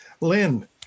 Lynn